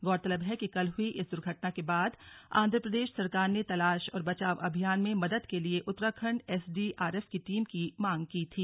गौरतलब है कि कल हुई इस दुर्घटना के बाद आंध्रप्रदेश सरकार ने तलाश और बचाव अभियान में मदद के लिये उत्तराखंड एसडीआरएफ की टीम की मांग की थी